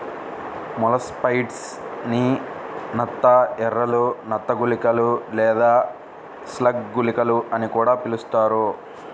molluscicides ని నత్త ఎరలు, నత్త గుళికలు లేదా స్లగ్ గుళికలు అని కూడా పిలుస్తారు